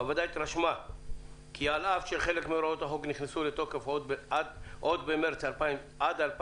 הוועדה התרשמה כי על אף שחלק מהוראות החוק נכנסו לתוקף במרס 2019,